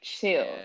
chill